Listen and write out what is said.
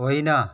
होइन